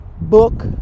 book